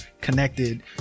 connected